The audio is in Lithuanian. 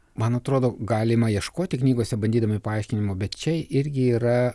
man atrodo galima ieškoti knygose bandydami paaiškinimo bet čia irgi yra